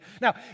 Now